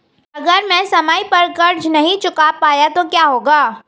अगर मैं समय पर कर्ज़ नहीं चुका पाया तो क्या होगा?